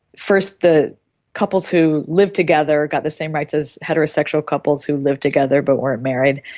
first the couples who lived together got the same rights as heterosexual couples who lived together but weren't married,